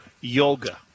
Yoga